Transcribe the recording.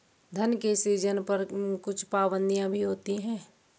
धन के सृजन पर कुछ पाबंदियाँ भी होती हैं